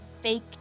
fake